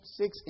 six